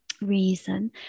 reason